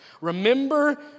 remember